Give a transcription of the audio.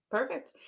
Perfect